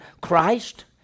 Christ